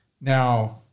Now